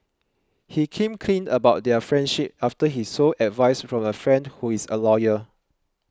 he came clean about their friendship after he sought advice from a friend who is a lawyer